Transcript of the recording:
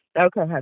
Okay